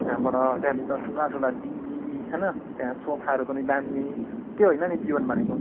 त्यहाँबाट त्यहाँभित्र ठुला ठुला टिभी होइन त्यहाँ सोफाहरू पनि दामी त्यो होइन नि जीवन भनेको